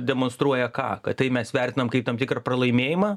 demonstruoja ką tai mes vertinam kaip tam tikrą pralaimėjimą